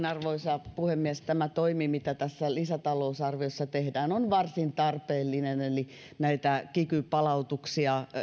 arvoisa puhemies tämä toimi mitä tässä lisätalousarviossa tehdään on varsin tarpeellinen eli näitä kiky palautuksia